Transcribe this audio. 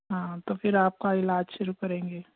हाँ तो फिर आपका इलाज शुरु करेंगे